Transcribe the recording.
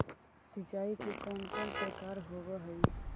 सिंचाई के कौन कौन प्रकार होव हइ?